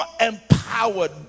empowered